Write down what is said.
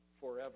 forever